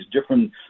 different